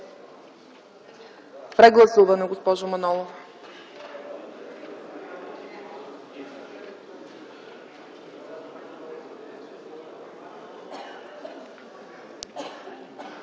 прегласуване – госпожа Манолова.